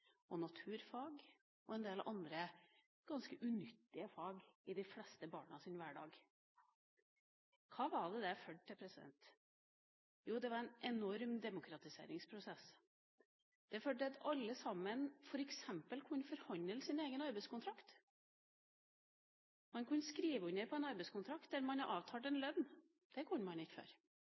en del andre ganske unyttige fag i de fleste av barnas hverdag. Hva førte dette til? Jo, det var en enorm demokratiseringsprosess. Det førte til at alle sammen f.eks. kunne forhandle fram sin egen arbeidskontrakt. Man kunne skrive under på en arbeidskontrakt der man hadde avtalt en lønn. Det kunne man ikke